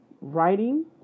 writing